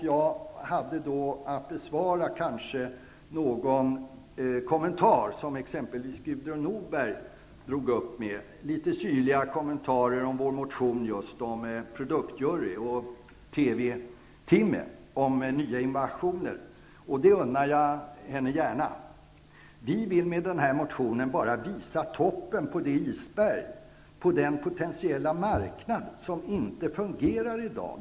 Jag har kvar att besvara en syrlig kommentar som Gudrun Norberg fällde till vår motion när det gäller produktjury, TV-timme och nya innovationer. Jag unnar gärna Gudrun Norberg det. Vi vill, med vår motion, visa toppen av det isberg av den potentiella marknad som inte fungerar i dag.